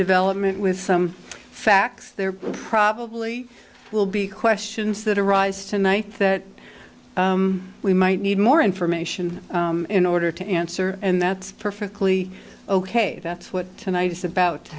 development with some facts there probably will be questions that arise tonight that we might need more information in order to answer and that's perfectly ok that's what tonight is about to